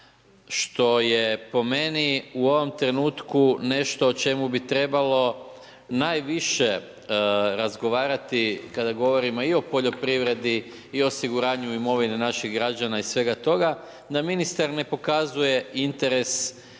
što je po meni u ovom trenutku nešto o čemu bi trebalo najviše razgovarati kada govorimo i poljoprivredi, i o osiguranju imovine naših građana i svega toga, da ministar ne pokazuje interes da